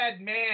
man